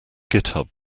github